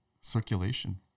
circulation